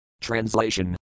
Translation